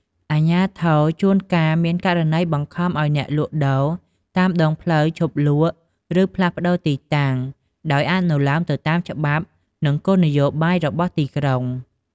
អាជ្ញាធរជួនកាលមានករណីបង្ខំឲ្យអ្នកលក់ដូរតាមដងផ្លូវឈប់លក់ ឬផ្លាស់ប្តូរទីតាំង ដោយអនុលោមទៅតាមច្បាប់ និងគោលនយោបាយរបស់ទីក្រុង។